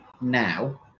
now